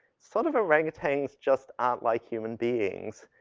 sort of orangutans just aren't like human beings.